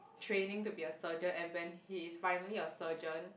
training to be a surgeon and when he is finally a surgeon